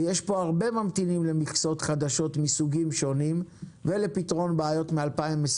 ויש פה הרבה ממתינים למכסות חדשות מסוגים שונים ולפתרון בעיות מ-2021,